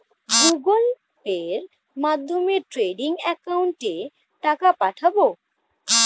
Google পের মাধ্যমে trading একাউন্টে টাকা পাঠাবো?